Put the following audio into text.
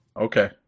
Okay